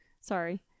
Sorry